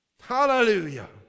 Hallelujah